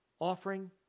offering